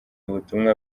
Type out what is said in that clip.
ubutumwa